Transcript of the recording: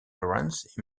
lawrence